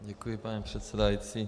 Děkuji, paní předsedající.